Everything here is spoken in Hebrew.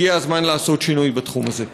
הגיע הזמן לעשות שינוי בתחום הזה.